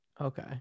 Okay